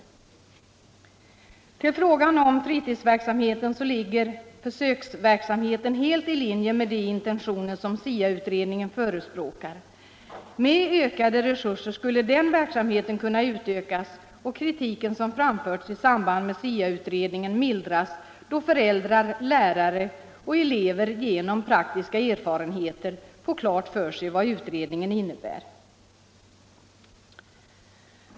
Beträffande frågan om fritidsverksamheten ligger försöksverksamheten helt i linje med de intentioner som SIA-utredningen förespråkar. Med ökade resurser skulle den verksamheten kunna utökas och kritiken som framförts i samband med SIA-utredningen mildras, då föräldrar, lärare och elever genom praktiska erfarenheter får klart för sig vad utredningen innebär.